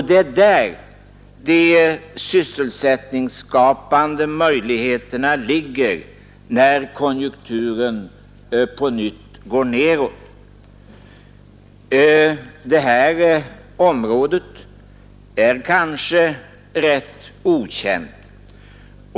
Det är där möjligheterna att skapa sysselsättning ligger, när konjunkturen på nytt går nedåt. Det här området är kanske rätt okänt.